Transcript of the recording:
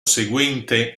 seguente